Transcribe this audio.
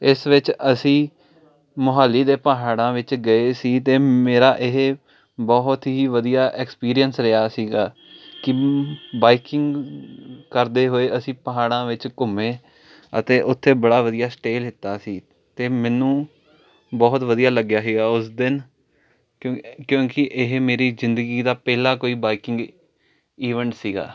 ਇਸ ਵਿੱਚ ਅਸੀਂ ਮੋਹਾਲੀ ਦੇ ਪਹਾੜਾਂ ਵਿੱਚ ਗਏ ਸੀ ਅਤੇ ਮੇਰਾ ਇਹ ਬਹੁਤ ਹੀ ਵਧੀਆ ਐਕਸਪੀਰੀਅੰਸ ਰਿਹਾ ਸੀਗਾ ਕਿ ਬਾਈਕਿੰਗ ਕਰਦੇ ਹੋਏ ਅਸੀਂ ਪਹਾੜਾਂ ਵਿੱਚ ਘੁੰਮੇ ਅਤੇ ਉੱਥੇ ਬੜਾ ਵਧੀਆ ਸਟੇਅ ਲਿਤਾ ਸੀ ਅਤੇ ਮੈਨੂੰ ਬਹੁਤ ਵਧੀਆ ਲੱਗਿਆ ਸੀਗਾ ਉਸ ਦਿਨ ਕਿਉ ਕਿਉਂਕਿ ਇਹ ਮੇਰੀ ਜ਼ਿੰਦਗੀ ਦਾ ਪਹਿਲਾ ਕੋਈ ਬਾਈਕਿੰਗ ਈਵੈਂਟ ਸੀਗਾ